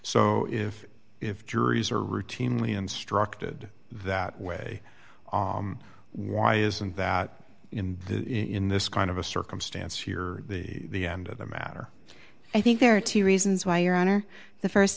so if if juries are routinely instructed that way why isn't that in in this kind of a circumstance here the end of the matter i think there are two reasons why your honor the